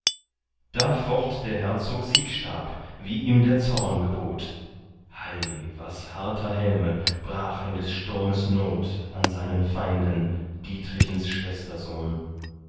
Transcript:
da focht der herzog siegstab wie ihm der zorn gebot hei was harter helme brach in des sturmes not an seinen feinden dietrichens